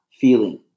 feeling